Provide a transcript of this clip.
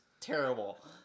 terrible